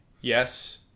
yes